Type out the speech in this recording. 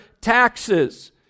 taxes